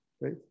right